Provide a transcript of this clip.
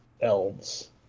elves